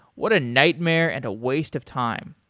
what a nightmare and a waste of time.